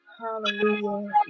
Hallelujah